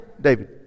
David